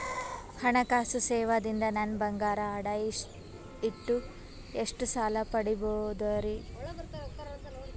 ಹಣಕಾಸು ಸೇವಾ ದಿಂದ ನನ್ ಬಂಗಾರ ಅಡಾ ಇಟ್ಟು ಎಷ್ಟ ಸಾಲ ಪಡಿಬೋದರಿ?